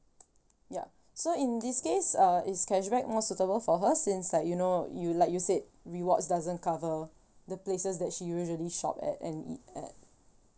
ya so in this case uh is cashback more suitable for her since like you know you like you said rewards doesn't cover the places that she usually shop at and eat at